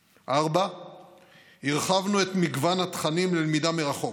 4. הרחבנו את מגוון התכנים ללמידה מרחוק.